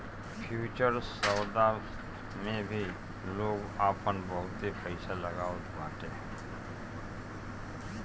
futures सौदा मे भी लोग आपन बहुते पईसा लगावत बाटे